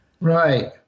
Right